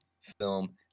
film